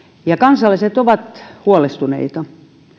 ja kansalaiset ovat huolestuneita